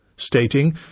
Stating